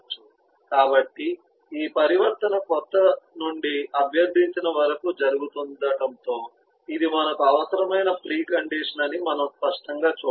కాబట్టి ఈ పరివర్తన క్రొత్త నుండి అభ్యర్థించిన వరకు జరుగుతుండటంతో ఇది మనకు అవసరమైన ప్రీ కండిషన్ అని మనం స్పష్టంగా చూడవచ్చు